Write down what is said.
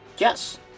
Yes